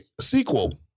sequel